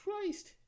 Christ